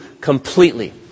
completely